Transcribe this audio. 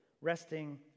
resting